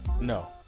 No